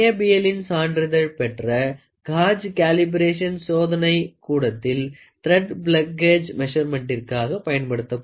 NABL ளின் சான்றிதழ் பெற்ற காஜ் கேலிபரேஷன் சோதனைக் கூடத்தில் திரேட் பிளக் காஜ் மெசர்மென்ட்டிற்க்கு பயன்படுத்தப்படுகிறது